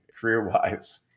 career-wise